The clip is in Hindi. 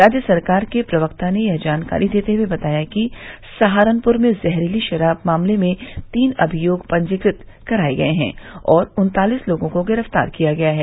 राज्य सरकार के प्रवक्ता ने यह जानकारी देते हुए बताया कि सहारनपुर में जहरीली शराब मामले में तीन अभियोग पंजीकृत कराये गये हैं और उन्तालीस लोगों को गिरफ्तार किया गया है